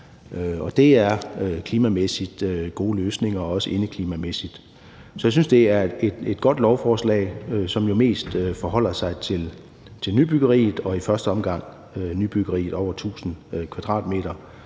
både klimamæssigt og indeklimamæssigt en god løsning. Så jeg synes, at det er et godt lovforslag, som jo mest forholder sig til nybyggeri, og i første omgang nybyggeri over 2.000 m², og jeg er